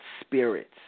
spirits